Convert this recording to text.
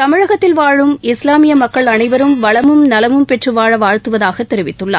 தமிழகத்தில் வாழும் இஸ்லாமிய மக்கள் அனைவரும் வளமும் நலமும் பெற்று வாழ வாழ்த்துவதாக தெரிவித்துள்ளார்